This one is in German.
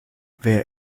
wer